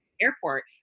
airport